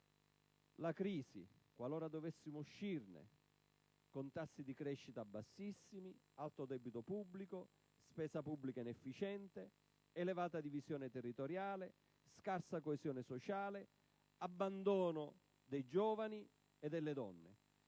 la crisi, qualora dovessimo uscirne, con tassi di crescita bassissimi, alto debito pubblico, spesa pubblica inefficiente, elevata divisione territoriale, scarsa coesione sociale, abbandono dei giovani e delle donne.